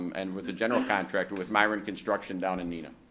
um and with a general contractor, with miron construction down in neenah.